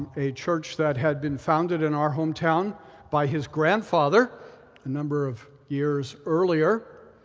a church that had been founded in our hometown by his grandfather a number of years earlier,